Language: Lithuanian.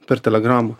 per telegramą